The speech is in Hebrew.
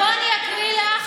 בואי אני אקריא לך